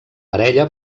parella